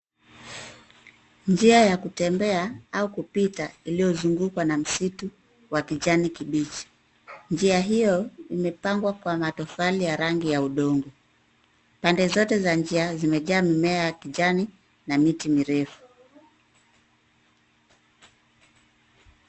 Njia ya kutembea au kupita iliyozungukwa na msitu wa kijani kibichi, njia hiyo imepangwa kwa matofali ya rangi ya udongo. Pande zote za njia zimejaa mimea ya kijani na miti mirefu.